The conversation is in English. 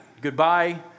goodbye